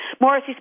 Morris